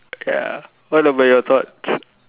ya what about your thoughts